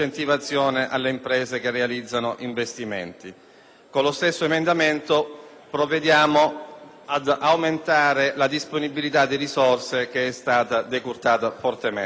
Con lo stesso emendamento provvediamo ad aumentare la disponibilità di risorse, che è stata fortemente decurtata. Come i colleghi sanno,